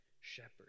shepherd